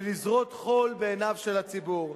ולזרות חול בעיני הציבור.